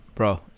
Bro